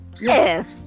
yes